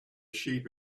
sheep